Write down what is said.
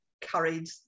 carried